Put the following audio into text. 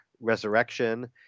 resurrection